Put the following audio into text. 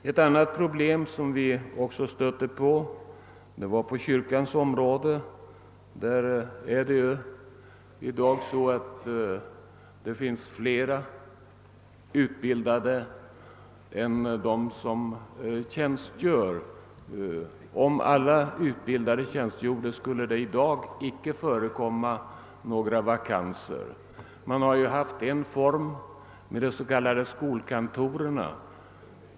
Ett annat problem som vi också stötte på rör kyrkans område. Det finns i dag fler utbildade kyrkomusiker än de som tjänstgör. Om alla utbildade tjänstgjorde, skulle det i dag inte förekomma några vakanser. Här stöter vi bl.a. på problemet med de s.k. skolkantorerna.